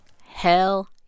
Hell